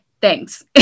thanks